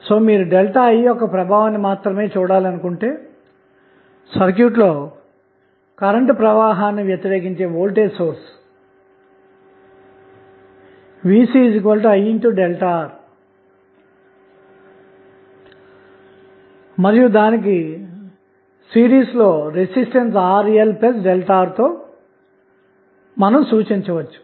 కాబట్టి మీరు ΔI యొక్క ప్రభావాన్ని మాత్రమే చూడాలనుకుంటే సర్క్యూట్ లో కరెంటు ప్రవాహాన్ని వ్యతిరేకించే వోల్టేజ్ సోర్స్ VC I మరియు సిరీస్ లో గల రెసిస్టెన్స్ RLΔR తో సూచించవచ్చు